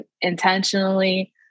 intentionally